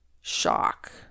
shock